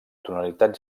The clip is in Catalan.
tonalitat